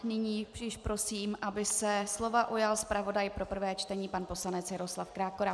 Nyní již prosím, aby se slova ujal zpravodaj pro prvé čtení pan poslanec Jaroslav Krákora.